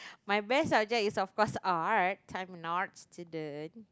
my best subject is of course art and I'm an art student